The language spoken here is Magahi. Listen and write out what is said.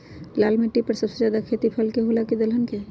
लाल मिट्टी पर सबसे ज्यादा खेती फल के होला की दलहन के?